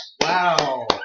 Wow